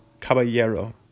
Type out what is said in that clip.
Caballero